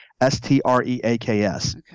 S-T-R-E-A-K-S